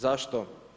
Zašto?